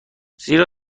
زیرا